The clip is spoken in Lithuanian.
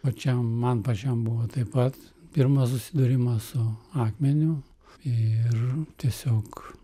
pačiam man pačiam buvo taip pat pirmas susidūrimas su akmeniu ir tiesiog